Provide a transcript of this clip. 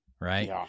right